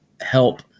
help